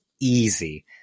easy